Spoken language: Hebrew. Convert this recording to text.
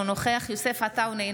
אינו נוכח יוסף עטאונה,